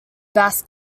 bass